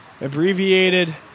Abbreviated